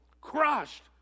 crushed